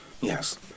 Yes